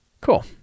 Cool